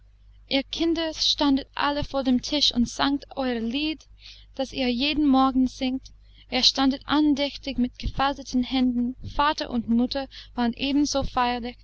ihr kinder standet alle vor dem tisch und sangt euer lied das ihr jeden morgen singt ihr standet andächtig mit gefalteten händen vater und mutter waren ebenso feierlich